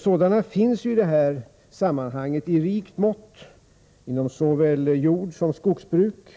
Sådana resurser förekommer ju i det här sammanhanget i rikt mått — inom såväl jordsom skogsbruk.